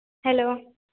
hello